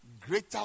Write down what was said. greater